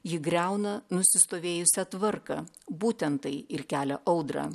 ji griauna nusistovėjusią tvarką būtent tai ir kelia audrą